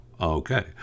okay